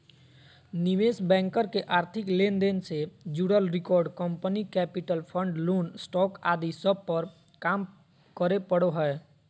निवेश बैंकर के आर्थिक लेन देन से जुड़ल record, company capital, fund, loan, stock आदि सब पर काम करे पड़ो हय